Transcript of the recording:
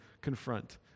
confront